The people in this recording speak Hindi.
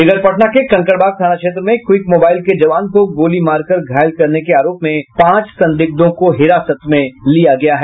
इधर पटना के कंकड़बाग थाना क्षेत्र में क्वीक मोबाईल के जवान को गोली मार कर घायल करने के आरोप में पांच सदिग्धों को हिरासत में लिया गया है